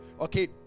Okay